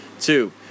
Two